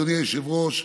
אדוני היושב-ראש,